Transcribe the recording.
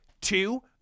Two